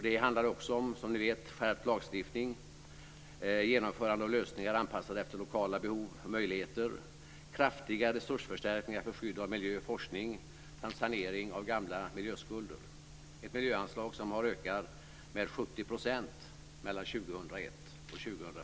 Den handlar också, som ni vet, om skärpt lagstiftning, genomförande av lösningar anpassade efter lokala behov och möjligheter, kraftiga resursförstärkningar för skydd av miljö, forskning och sanering av gamla miljöskulder och ett miljöanslag som har ökat med 70 % mellan 2001 och 2004.